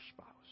spouse